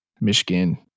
Michigan